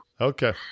Okay